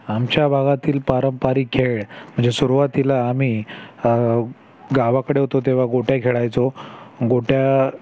आमच्या भागातील पारंपरिक खेळ म्हणजे सुरुवातीला आम्ही गावाकडे होतो तेव्हा गोट्या खेळायचो गोट्या